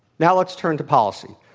now, let's turn to policy.